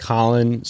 Colin